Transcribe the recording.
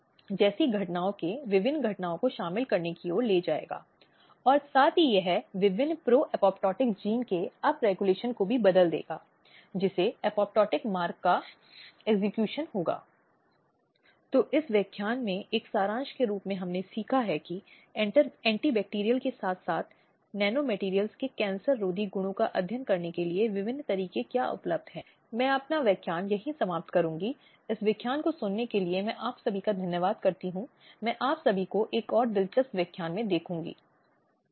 इसके अलावा अन्य विभिन्न निकायों में विशेष रूप से राष्ट्रीय महिला आयोग और नागरिक निकाय हैं जो समाज में मौजूद हैं और अगले व्याख्यान में महिलाओं के कारण की रक्षा में इन निकायों के काम पर चर्चा करेंगे